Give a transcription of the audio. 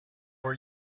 are